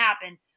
happen